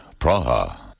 Praha